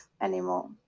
anymore